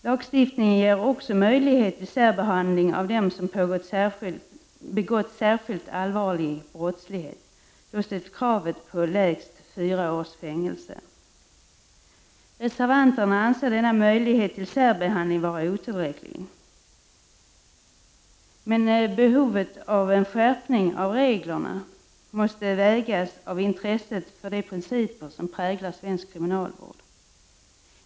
Lagstiftningen ger också möjlighet till särbehandling av dem som har begått särskilt allvarliga brott. Då är kravet lägst fyra års fängelse. Reservanterna anser denna möjlighet till särbehandling vara otillräcklig. Men behovet av en skärpning av reglerna måste vägas mot intresset för de principer som präglar svensk kriminalvård.